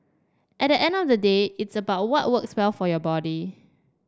at the end of the day it's about what works well for your body